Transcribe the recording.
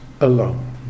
alone